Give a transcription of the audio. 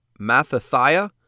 Mathathiah